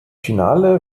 finale